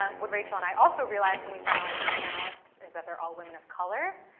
um what rachel and i also realized when we finalized these panelists is that they're all women of color.